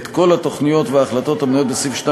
את כל התוכניות וההחלטות המנויות בסעיף 2